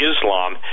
Islam